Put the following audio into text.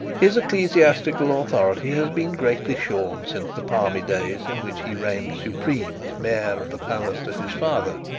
his ecclesiastical authority has been greatly shorn since the palmy days in which he reigned supreme as mayor of the palace to his father,